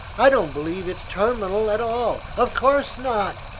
i don't believe it's terminal at all. of course not,